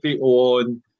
on